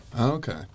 Okay